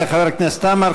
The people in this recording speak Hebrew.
תודה לחבר הכנסת עמאר.